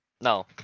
No